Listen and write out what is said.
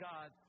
God